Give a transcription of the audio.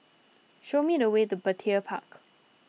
show me the way to Petir Park